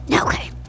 Okay